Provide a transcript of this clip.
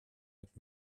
mit